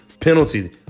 penalty